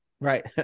Right